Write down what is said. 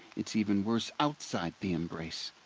it's even worse outside the embrace.